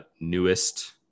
newest